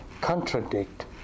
contradict